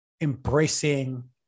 embracing